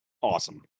awesome